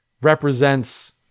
represents